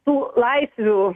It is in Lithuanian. tų laisvių